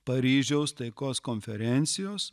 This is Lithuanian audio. paryžiaus taikos konferencijos